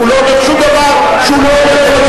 הוא לא אומר שום דבר שהוא לא עולה,